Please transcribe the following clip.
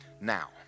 now